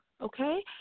okay